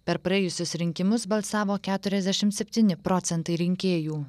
per praėjusius rinkimus balsavo keturiasdešim septyni procentai rinkėjų